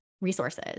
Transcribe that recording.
resources